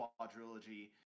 quadrilogy